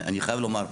חייב לומר,